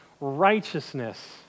righteousness